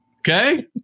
Okay